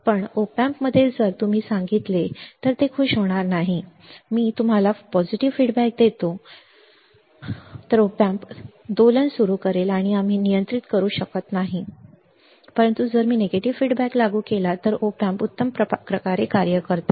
पण op amp मध्ये जर तुम्ही op amp सांगितले तर ते खूश होणार नाही मी तुम्हाला सकारात्मक प्रतिक्रिया देतो मी तुम्हाला सकारात्मक अभिप्राय देतो op amp दोलन सुरू करेल आणि आम्ही नियंत्रित करू शकत नाही परंतु जर मी नकारात्मक अभिप्राय लागू केला तर op amp उत्तम प्रकारे कार्य करते